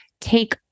take